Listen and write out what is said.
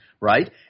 right